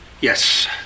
Yes